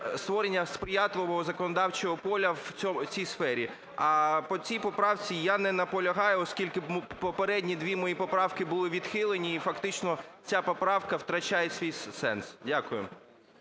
створення сприятливого законодавчого поля в цій сфері. А по цій поправці я не наполягаю, оскільки попередні дві мої поправки були відхилені і фактично ця поправка втрачає свій сенс. Дякую.